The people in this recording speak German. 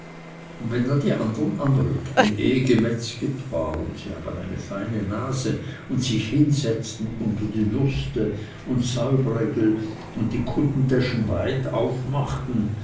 hatten wenn dann die andern anrückten ehe gemetzget war und sie haben eine feine nase und sich hinsetzten unter die würste und säubrägel und die kuttentäschen weit aufmachten